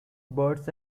birds